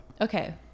Okay